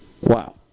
Wow